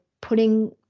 putting